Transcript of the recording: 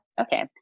Okay